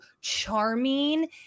charming